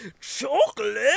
Chocolate